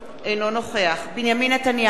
אינו נוכח בנימין נתניהו,